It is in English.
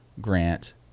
Grant